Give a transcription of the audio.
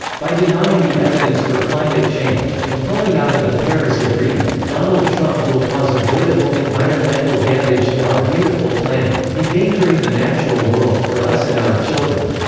by denying the evidence for climate change, and pulling out of the paris agreement, donald trump will cause avoidable environmental damage to our beautiful planet, endangering the natural world, for us and our children.